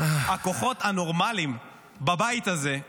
הכוחות הנורמליים בבית הזה,